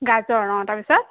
গাজৰ অঁ তাৰপিছত